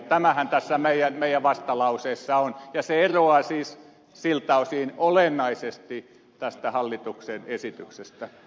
tämähän tässä meidän vastalauseessamme on ja se eroaa siis siltä osin olennaisesti tästä hallituksen esityksestä